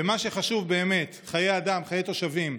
במה שחשוב באמת, חיי אדם, חיי תושבים?